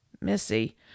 missy